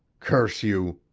curse you!